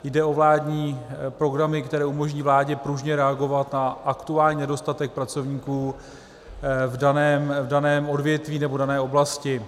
Jde o vládní programy, které umožní vládě pružně reagovat na aktuální nedostatek pracovníků v daném odvětví nebo v dané oblasti.